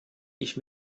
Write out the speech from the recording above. ich